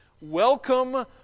Welcome